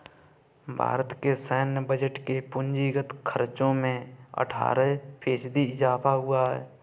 भारत के सैन्य बजट के पूंजीगत खर्चो में अट्ठारह फ़ीसदी इज़ाफ़ा हुआ है